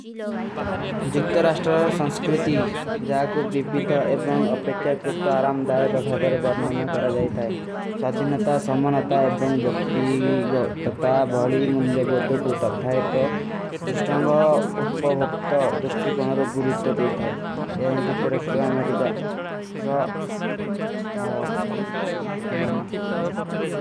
ଜୁକ୍ତରାସ୍ତର ସଂସ୍କୃତି, ଜାକୋ ବୀବିଧ ଏବଂଗ ଅପେକ୍ଯା କୁଛ ଆରାମ ଦାଯକ ଭାଵରେ ବର୍ଣୋନା କର ଜାଈ ଥାଈ।